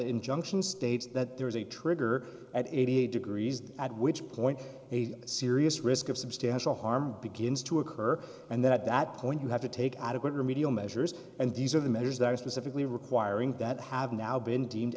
injunction states that there is a trigger at eight degrees at which point a serious risk of substantial harm begins to occur and that that point you have to take adequate remedial measures and these are the measures that are specifically requiring that have now been deemed